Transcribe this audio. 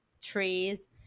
trees